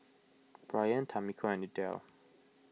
Bryant Tamiko and Idell